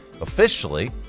officially